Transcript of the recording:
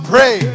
Pray